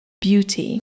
beauty